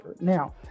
now